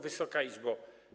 Wysoka Izbo!